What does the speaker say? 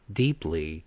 deeply